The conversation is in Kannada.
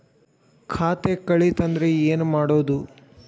ಖಾತೆ ಕಳಿತ ಅಂದ್ರೆ ಏನು ಮಾಡೋದು?